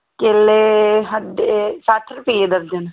ਕੇਲੇ ਸਾਡੇ ਸੱਠ ਰੁਪਈਏ ਦਰਜਨ